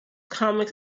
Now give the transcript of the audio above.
comics